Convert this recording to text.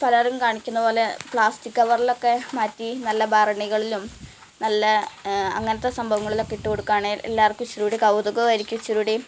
പലരും കാണിക്കുന്നത് പോലെ പ്ലാസ്റ്റിക് കവറിലൊക്കെ മാറ്റി നല്ല ഭരണികളിലും നല്ല അങ്ങനത്തെ സംഭവങ്ങളിലൊക്കെ ഇട്ട് കൊടുക്കുവാണെങ്കില് എല്ലാവര്ക്കും ഇച്ചിരി കൂടി കൗതുകമായിരിക്കും ഇച്ചിരി കൂടി